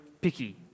picky